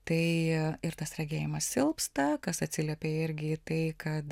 tai ir tas regėjimas silpsta kas atsiliepia irgi į tai kad